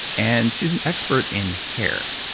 and she's an expert in hair.